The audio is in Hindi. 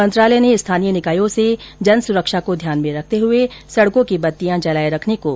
मंत्रालय ने स्थानीय निकायों से जन सुरक्षा को ध्यान में रखते हुए सड़कों की बत्तियां जलाये रखने को कहा है